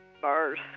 bars